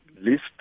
list